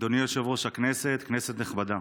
אדוני יושב-ראש הכנסת, כנסת נכבדה,